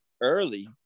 early